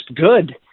good